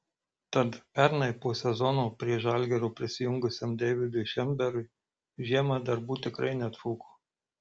tad pernai po sezono prie žalgirio prisijungusiam deividui šemberui žiemą darbų tikrai netrūko